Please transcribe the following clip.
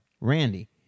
Randy